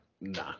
nah